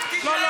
לא.